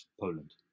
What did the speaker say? poland